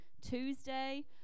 Tuesday